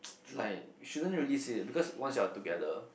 like shouldn't really see it because once you are together